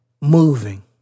moving